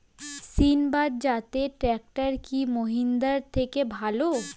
সিণবাদ জাতের ট্রাকটার কি মহিন্দ্রার থেকে ভালো?